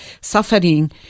Suffering